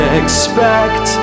expect